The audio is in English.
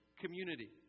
community